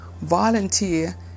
Volunteer